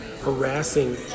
harassing